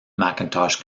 macintosh